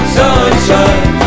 sunshine